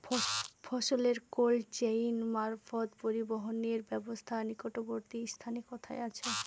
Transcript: ফসলের cold chain মারফত পরিবহনের ব্যাবস্থা নিকটবর্তী স্থানে কোথায় আছে?